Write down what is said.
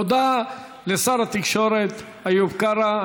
תודה לשר התקשורת איוב קרא.